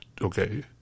Okay